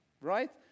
right